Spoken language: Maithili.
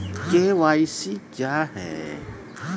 के.वाई.सी क्या हैं?